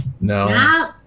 No